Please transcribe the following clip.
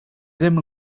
ddim